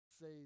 say